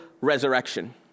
resurrection